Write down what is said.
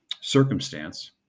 circumstance